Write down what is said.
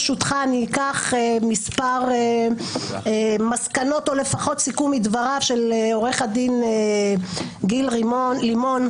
ברשותך אני אקח מספר מסקנות או לפחות סיכום מדבריו של עו"ד גיל לימון,